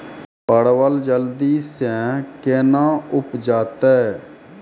परवल जल्दी से के ना उपजाते?